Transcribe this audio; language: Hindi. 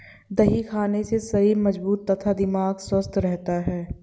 दही खाने से शरीर मजबूत तथा दिमाग स्वस्थ रहता है